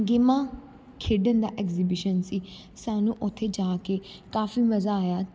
ਗੇਮਾਂ ਖੇਡਣ ਦਾ ਐਗਜੀਬਿਸ਼ਨ ਸੀ ਸਾਨੂੰ ਉੱਥੇ ਜਾ ਕੇ ਕਾਫੀ ਮਜ਼ਾ ਆਇਆ